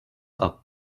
are